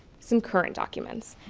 some current documents.